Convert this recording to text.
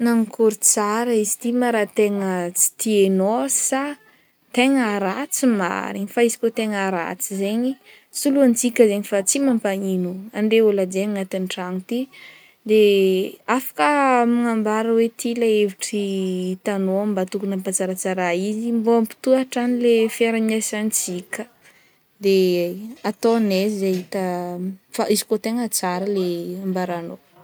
Nankôry tsara izy ty ma ra tegna tsy tiagnao sa tegna ratsy marigny, izy kaofa tegna ratsy zegny solointsika zegny fa tsy mampagnino, andre ôlo hajaigny agnatin'ny trano ty, de afaka manambara hoe ty le hevitry hitanao mba tokony ampatsaratsara izy, mbô ampitohy hatrany fiaraha-miasantsika de ataognay ze hita fa izy ko tegna tsara le ambaragnao.